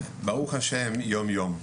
ברוך השם יום יום.